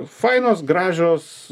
fainos gražios